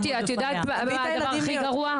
קטי, את יודעת מה הדבר הכי גרוע?